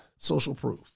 socialproof